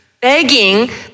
Begging